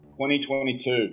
2022